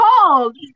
called